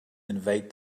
invade